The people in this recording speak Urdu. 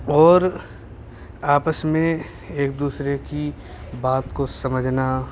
اور آپس میں ایک دوسرے کی بات کو سمجھنا